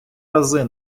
рази